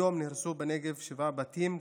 היום נהרסו בנגב שבעה בתים,